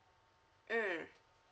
mm